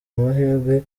amahirwe